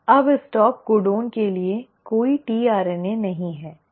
अब stop codon के लिए कोई tRNA नहीं है